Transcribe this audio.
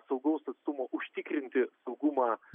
saugaus atstumo užtikrinti saugumą